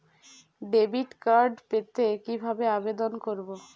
Debit card পেতে কি ভাবে আবেদন করব?